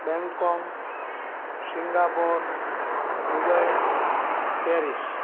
bang kong Singapore Dubai Paris